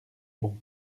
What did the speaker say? bon